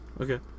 Okay